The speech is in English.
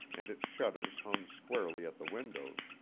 and its shutters hung squarely at the windows.